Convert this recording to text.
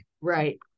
Right